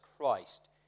Christ